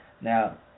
now